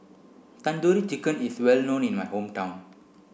Tandoori Chicken is well known in my hometown